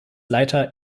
leiter